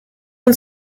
und